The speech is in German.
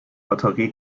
batterie